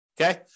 Okay